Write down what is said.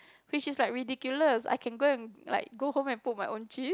which is like ridiculous I can go and like go home and cook my own cheese